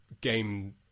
game